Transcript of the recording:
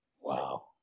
Wow